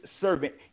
servant